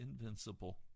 invincible